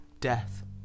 death